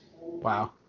wow